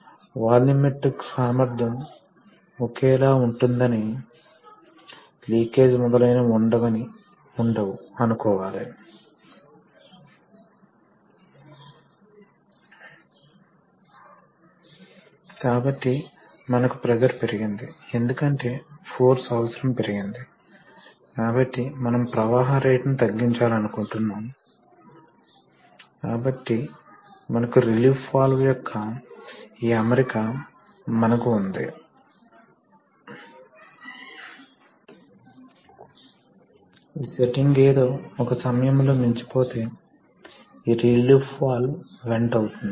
ఇప్పుడు వెలాసిటీ చూద్దాం వాల్యూమిట్రిక్ ప్రవాహం రేటు Q అంటే అది ఏరియా x L కి సమానం ఇక్కడ L అనేది యూనిట్ సమయానికి ప్రయాణించడం మరో మాటలో చెప్పాలంటే L అనేది వేగం కాబట్టి F P x A Q L x A లేదా మరో మాటలో చెప్పాలంటే V Q A అని వ్రాయగలము కాబట్టి మెకానికల్ పవర్ అంటే ఏమిటి అది ఫోర్స్ x వెలాసిటీ అవుతుంది